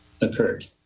occurred